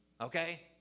Okay